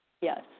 Yes